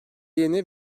yeni